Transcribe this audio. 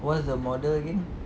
what's the model again